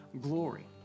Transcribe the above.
glory